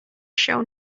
show